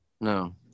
No